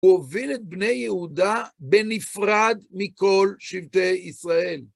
הוא הוביל את בני יהודה בנפרד מכל שבטי ישראל.